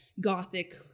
gothic